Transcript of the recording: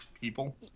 people